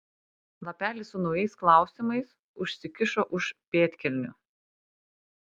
lapelį su naujais klausimais užsikišo už pėdkelnių